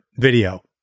video